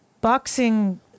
boxing